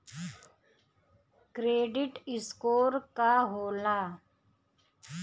Credit score का होला?